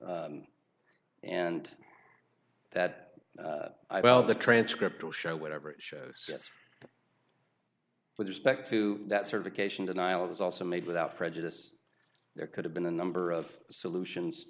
there and that the transcript will show whatever it shows with respect to that certification denial is also made without prejudice there could have been a number of solutions